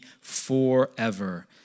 forever